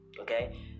okay